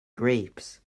grapes